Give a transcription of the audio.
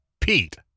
Pete